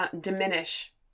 diminish